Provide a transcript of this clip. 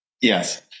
Yes